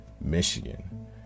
michigan